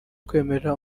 kwemerera